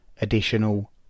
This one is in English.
additional